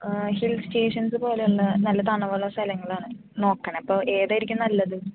hill stations പോലെ ഉള്ള നല്ല തണുപ്പുള്ള സ്ഥലങ്ങളാണ് നോക്കുന്നത് അപ്പോൾ ഏത് ആയിരിക്കും നല്ലത്